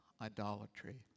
idolatry